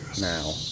Now